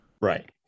Right